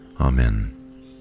Amen